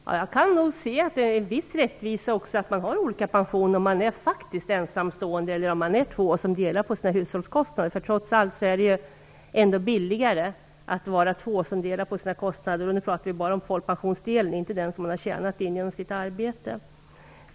Herr talman! Jag kan nog se att det är en viss rättvisa i att man har olika pensioner om man faktiskt är ensamstående eller om man är två som delar på sina hushållskostnader. Trots allt är det billigare att vara två som delar på sina kostnader, sett just utifrån att man har en hushållsgemenskap. Men nu pratar vi bara om folkpensionsdelen, inte om den del som man har tjänat in genom sitt arbete.